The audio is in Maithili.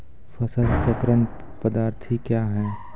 फसल चक्रण पद्धति क्या हैं?